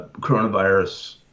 coronavirus